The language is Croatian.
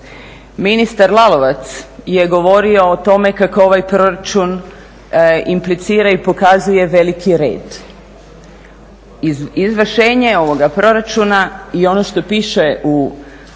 Ministar Lalovac je govorio o tome kako ovaj proračun implicira i pokazuje veliki red. Izvršenje ovoga proračuna i ono što piše u